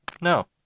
No